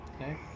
Okay